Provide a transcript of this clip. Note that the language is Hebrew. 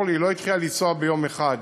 אורלי, לא התחילה לנסוע ביום אחד.